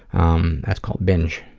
um, that's called binge,